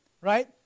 right